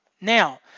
Now